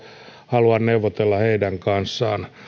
halua neuvotella heidän kanssaan